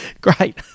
Great